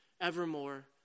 evermore